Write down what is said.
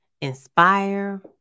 inspire